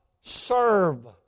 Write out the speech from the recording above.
serve